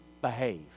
behave